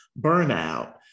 burnout